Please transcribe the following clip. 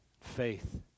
faith